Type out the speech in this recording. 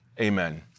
amen